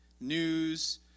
news